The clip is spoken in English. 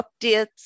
updates